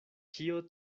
kio